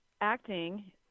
acting